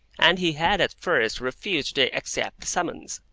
and he had at first refused to accept the summons.